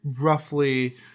roughly